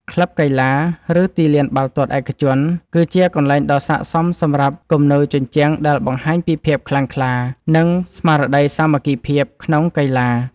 ក្លឹបកីឡា ឬទីលានបាល់ទាត់ឯកជន គឺជាកន្លែងដ៏ស័ក្តិសមសម្រាប់គំនូរជញ្ជាំងដែលបង្ហាញពីភាពខ្លាំងក្លា និងស្មារតីសាមគ្គីភាពក្នុងកីឡា។